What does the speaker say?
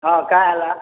ହଁ କାଏଁ ହେଲା